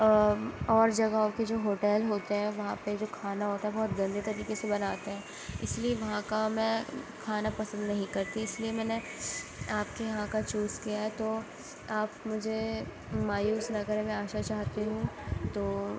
اور جگہوں کے جو ہوٹیل ہوتے ہیں وہاں پہ جو کھانا ہوتا ہے بہت گندے طریقے سے بناتے ہیں اس لیے وہاں کا میں کھانا پسند نہیں کرتی اس لیے میں نے آپ کے یہاں کا چوز کیا ہے تو آپ مجھے مایوس نہ کریں میں آشا چاہتی ہوں تو